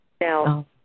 Now